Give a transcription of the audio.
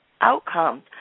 outcomes